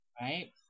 Right